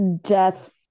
death